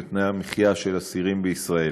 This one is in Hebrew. בתנאי המחיה של אסירים בישראל.